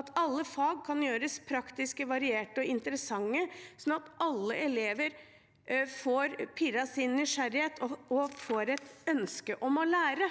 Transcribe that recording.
at alle fag kan gjøres praktiske, varierte og interessante, sånn at alle elever får pirret sin nysgjerrighet og får et ønske om å lære.